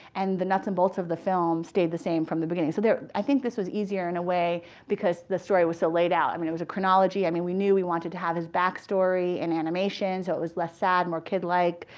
and the nuts and bolts of the film stayed the same from the beginning. so i think this was easier in a way because the story was so laid out. i mean, it was a chronology. i mean, we knew we wanted to have his backstory and animation so it was less sad, more kid-like.